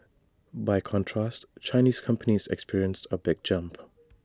by contrast Chinese companies experienced A big jump